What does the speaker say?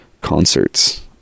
concerts